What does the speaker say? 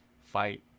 fight